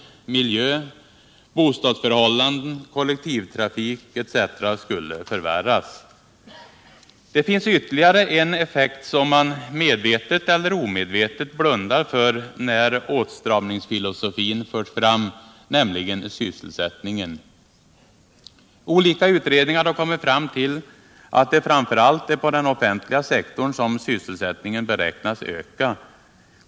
miljö. bostadsförhållanden, kollektivtrafik etc. skulle förvärras. Det finns ytterligare en effekt som man —- medvetet eller omedvetet — blundar för när åtstramningsfilosofin förs fram, nämligen effekten på sysselsättningen. Olika utredningar har kommit fram ull att det framför allt är på den offentliga sektorn som sysselsättningen beräknas öka.